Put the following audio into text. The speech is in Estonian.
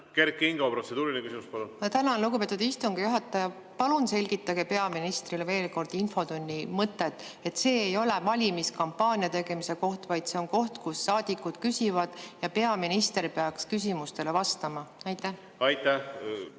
peaks küsimustele vastama. Ma tänan, lugupeetud istungi juhataja! Palun selgitage peaministrile veel kord infotunni mõtet. See ei ole valimiskampaania tegemise koht, vaid see on koht, kus saadikud küsivad ja peaminister peaks küsimustele vastama. Aitäh! Me